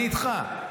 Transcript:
אני איתך.